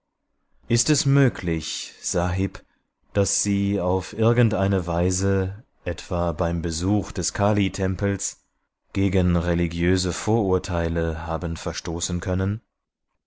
ist es möglich sahib daß sie auf irgendeine weise etwa beim besuch des kalitempels gegen religiöse vorurteile haben verstoßen können